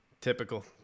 typical